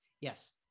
yes